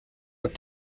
but